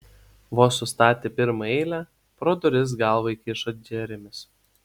vos sustatė pirmą eilę pro duris galvą įkišo džeremis